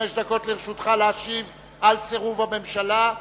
חמש דקות לרשותך להשיב על סירוב הממשלה.